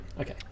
Okay